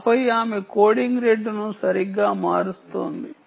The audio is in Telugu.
ఆపై ఆమె కోడింగ్ రేటును సరిగ్గా మారుస్తోంది